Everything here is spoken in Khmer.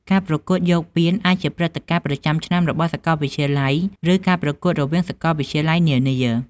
ការប្រកួតយកពានអាចជាព្រឹត្តិការណ៍ប្រចាំឆ្នាំរបស់សាកលវិទ្យាល័យ ឬការប្រកួតរវាងសាកលវិទ្យាល័យនានា។